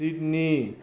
Sydney